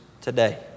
today